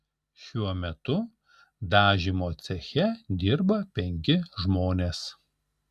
šiuo metu dažymo ceche dirba penki žmonės